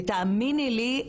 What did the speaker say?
ותאמיני לי,